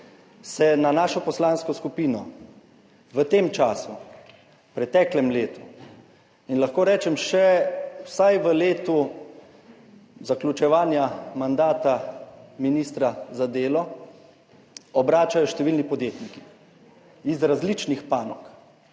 se na našo poslansko skupino v tem času, v preteklem letu in lahko rečem še vsaj v letu zaključevanja mandata ministra za delo, obračajo številni podjetniki, iz različnih panog,